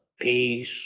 Peace